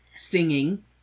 Singing